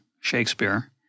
Shakespeare